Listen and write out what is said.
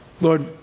Lord